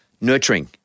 nurturing